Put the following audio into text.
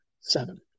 seven